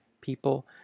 people